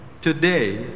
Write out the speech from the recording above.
Today